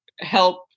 help